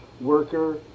worker